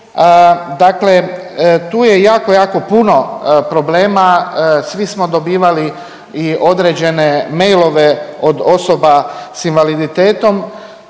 Dakle, tu je jako, jako puno problema. Svi smo dobivali i određene mailove od osoba s invaliditetom.